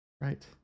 Right